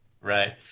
Right